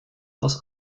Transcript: aus